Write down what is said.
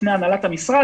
בפני הנהלת המשרד,